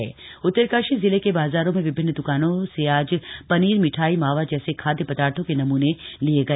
मिठाइयों के सैंपल उत्तरकाशी जिले के बाजारों में विभिन्न द्कानों से आज पनीर मिठाई मावा जैसे खाद्य पदार्थों के नमूने लिए गए